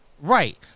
Right